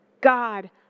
God